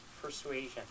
persuasion